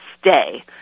stay